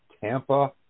Tampa